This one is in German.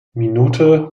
minute